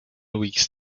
weeks